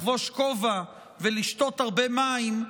לחבוש כובע ולשתות הרבה מים,